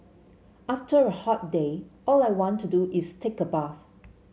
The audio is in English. after a hot day all I want to do is take a bath